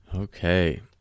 Okay